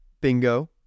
Bingo